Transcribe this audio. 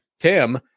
Tim